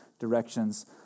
Directions